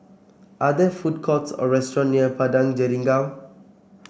are there food courts or restaurant near Padang Jeringau